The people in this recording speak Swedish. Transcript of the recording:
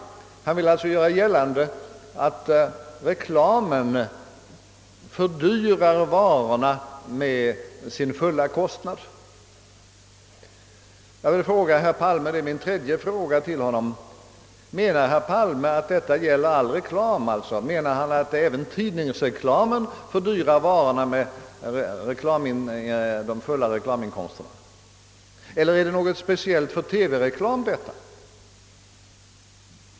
Han vill alltså göra gällande att reklamen fördyrar varorna med det belopp den kostar. Min tredje fråga till herr Palme blir: Menar herr Palme att detta gäller all reklam och att alltså även tidningsreklamen fördyrar varorna med de fulla reklaminkomsterna? Eller är detta någonting speciellt för TV-reklamen?